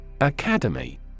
Academy